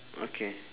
okay